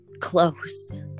Close